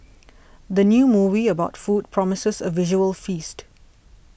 the new movie about food promises a visual feast